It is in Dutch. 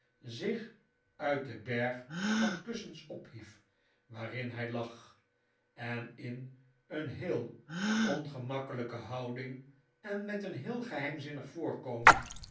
zich uit den berg van kussens ophief waarin hij lag en in een heel ongemakkelijke houding en met een heel geheimzinnig voorkomen